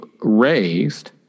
raised